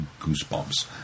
goosebumps